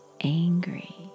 angry